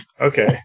okay